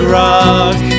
rock